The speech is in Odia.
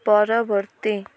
ପରବର୍ତ୍ତୀ